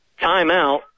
timeout